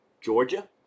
Georgia